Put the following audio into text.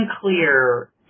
clear